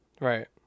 Right